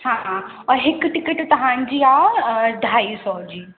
हा हा और हिक टिकट तव्हांजी आहे ढाई सौ जी